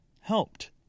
helped